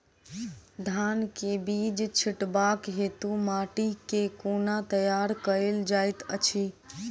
धान केँ बीज छिटबाक हेतु माटि केँ कोना तैयार कएल जाइत अछि?